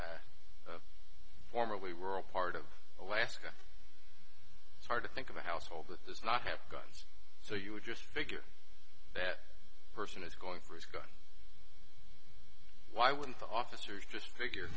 formerly were a part of alaska it's hard to think of a household that does not have guns so you would just figure that person is going for his gun why wouldn't the officers just figure